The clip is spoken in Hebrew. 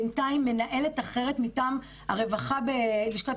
בינתיים מנהלת אחרת מטעם הרווחה בלשכת